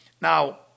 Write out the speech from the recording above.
Now